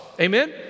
Amen